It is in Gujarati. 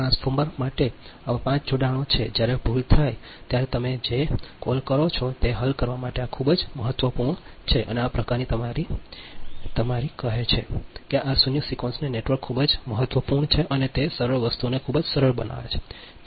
તેથી ટ્રાન્સફોર્મર માટે આવા 5 જોડાણો છે જ્યારે ભૂલ થાય ત્યારે તમે જે ક callલ કરો છો તે હલ કરવા માટે આ ખૂબ જ મહત્વપૂર્ણ છે અને આ પ્રકારની તમારી ડિયા કહે છે કે આ શૂન્ય સિક્વન્સ નેટવર્ક ખૂબ જ મહત્વપૂર્ણ છે અને તે સરળ વસ્તુઓને ખૂબ સરળ બનાવે છે